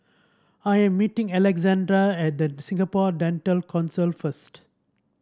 I am meeting Alexander at The Singapore Dental Council first